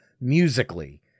musically